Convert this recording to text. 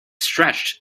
stretched